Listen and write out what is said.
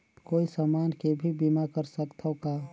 कोई समान के भी बीमा कर सकथव का?